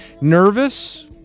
Nervous